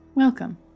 Welcome